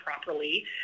properly